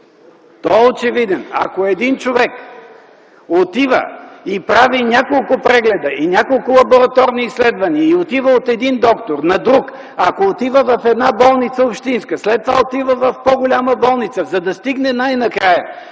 той е очевиден. Ако един човек отива и прави няколко прегледа и няколко лабораторни изследвания и отива от един доктор на друг, ако отива в една общинска болница, след това отива в по-голяма болница, за да стигне най-накрая